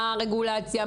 מה הרגולציה,